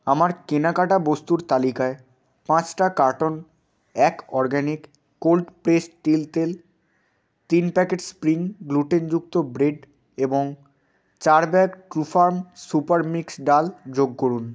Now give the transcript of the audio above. আমার কেনাকাটা বস্তুর তালিকায় পাঁচটা কার্টন এক অরগ্যানিক কোল্ড প্রেসড তিল তেল তিন প্যাকেট স্প্রিং গ্লুটেনমুক্ত ব্রেড এবং চার ব্যাগ ট্রুফার্ম সুপার মিক্স ডাল যোগ করুন